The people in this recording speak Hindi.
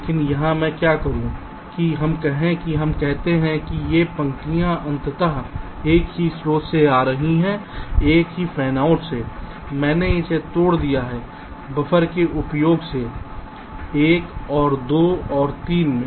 लेकिन यहाँ मैं क्या करूँ कि हम कहें कि हम देखते हैं कि ये पंक्तियाँ अंततः एक ही स्रोत से आ रही हैं एक ही फैनआउट से मैं इसे तोड़ दिया है बफर के उपयोग से 1 और 2 और 3 में